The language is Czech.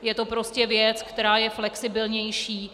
Je to prostě věc, která je flexibilnější.